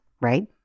right